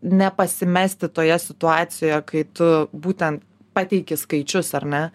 nepasimesti toje situacijoje kai tu būtent pateiki skaičius ar ne